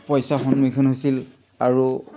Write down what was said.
পইচা সন্মুখীন হৈছিল আৰু